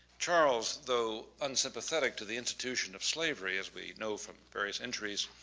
charles, though unsympathetic to the institution of slavery as we know from various entries,